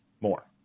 more